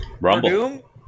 Rumble